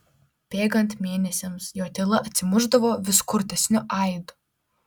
bėgant mėnesiams jo tyla atsimušdavo vis kurtesniu aidu